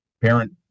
parent